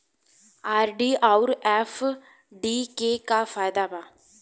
RD आउर FD के का फायदा बा?